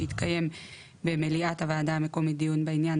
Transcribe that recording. שיתקיים במליאת הוועדה המקומית דיון בעניין,